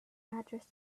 address